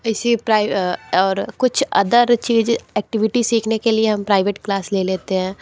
इसी और कुछ आदर चीज एक्टिविटी सीखने के लिए हम प्राइवेट क्लास ले लेते हैं